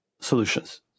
solutions